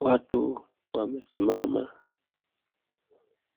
Watu wamesimama